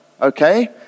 Okay